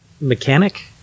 mechanic